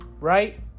Right